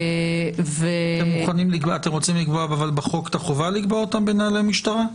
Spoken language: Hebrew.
אבל אתם רוצים לקבוע בחוק את החובה לקבוע אותם בנהלי המשטרה?